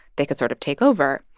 they could sort of take over.